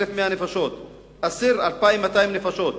1,110 נפשות,